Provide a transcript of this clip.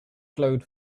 glowed